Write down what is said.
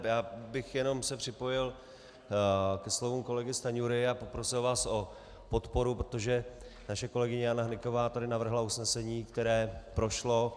Já bych se jenom připojil ke slovům kolegy Stanjury a poprosil vás o podporu, protože naše kolegyně Jana Hnyková tady navrhla usnesení, které prošlo.